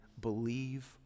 believe